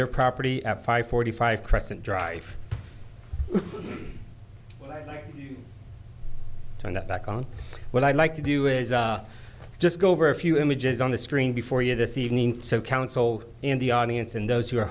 their property at five forty five crescent drive and that back on what i'd like to do is just go over a few images on the screen before you this evening so council and the audience and those who are